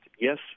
Yes